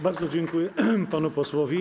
Bardzo dziękuję panu posłowi.